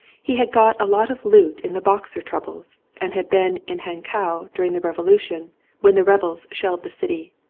he had got a lot of loot in the boxer troubles and had been in hankow during the revolution when the rebels shelled the city.